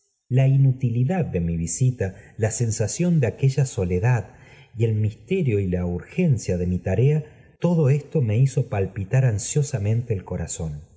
n utilidad de mi visita la sensación de aque la soledad y elpoisterio y la urgencia de mi tarca todo esto me hizo palpitar ansiosamente el cora